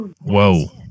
Whoa